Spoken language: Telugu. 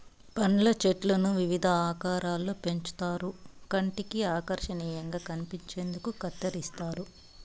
పండ్ల చెట్లను వివిధ ఆకారాలలో పెంచుతారు కంటికి ఆకర్శనీయంగా కనిపించేందుకు కత్తిరిస్తారు